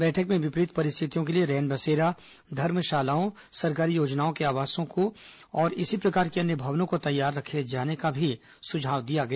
बैठक में विपरीत परिस्थितियों के लिए रेनबसेरा धर्मषालाओं सरकारी योजनाओं के आवासों को और इसी प्रकार की अन्य भवनों को तैयार रखे जाने का भी सुझाव दिया गया